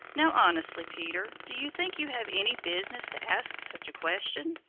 now honestly, peter, do you think you have any business to ask such a question?